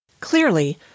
Clearly